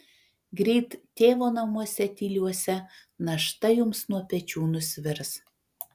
greit tėvo namuose tyliuose našta jums nuo pečių nusvirs